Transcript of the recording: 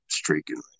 streaking